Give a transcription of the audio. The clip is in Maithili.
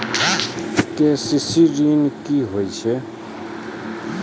के.सी.सी ॠन की होय छै?